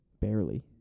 Barely